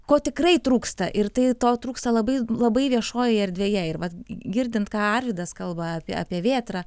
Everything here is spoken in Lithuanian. ko tikrai trūksta ir tai to trūksta labai labai viešojoj erdvėje ir vat girdint ką arvydas kalba apie apie vėtrą